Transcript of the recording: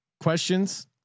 Questions